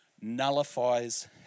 nullifies